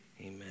Amen